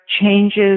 changes